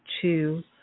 two